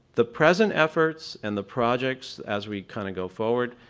the present efforts and the projects, as we kind of go forward,